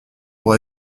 pour